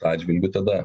atžvilgiu tada